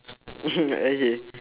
okay